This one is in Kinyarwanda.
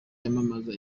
yamamaza